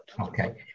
Okay